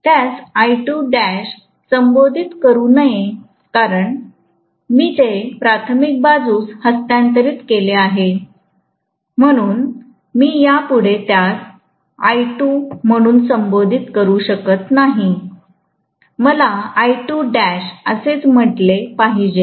त्यास I2 म्हणून संबोधित करू नये कारण मी ते प्राथमिक बाजूस हस्तांतरित केले आहे म्हणून मी या पुढे त्यास I2 म्हणून संबोधित करू शकत नाही मलाअसे म्हटले पाहिजे